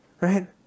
Right